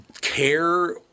care